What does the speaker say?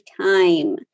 time